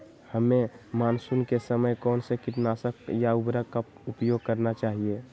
हमें मानसून के समय कौन से किटनाशक या उर्वरक का उपयोग करना चाहिए?